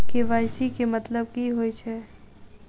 KYC केँ मतलब की होइ छै?